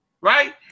right